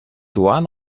one